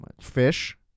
Fish